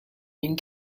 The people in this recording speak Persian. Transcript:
این